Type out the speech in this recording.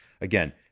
Again